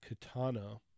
Katana